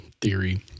theory